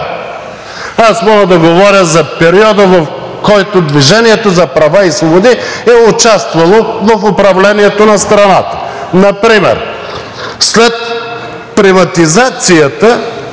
Аз мога да говоря за периода, в който „Движение за права и свободи“ е участвало в управлението на страната. Например след приватизацията